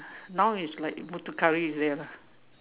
now is like Muthu curry is there lah